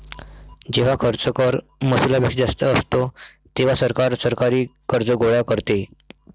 जेव्हा खर्च कर महसुलापेक्षा जास्त असतो, तेव्हा सरकार सरकारी कर्ज गोळा करते